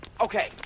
Okay